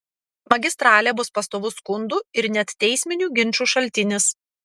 magistralė bus pastovus skundų ir net teisminių ginčų šaltinis